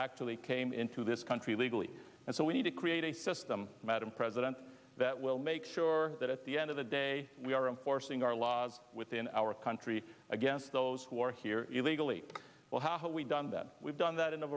actually came into this country illegally and so we need to create a system madam president that will make sure that at the end of the day we are in forcing our laws within our country against those who are here illegally well what we've done that we've done that in a